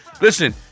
Listen